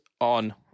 on